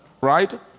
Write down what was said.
Right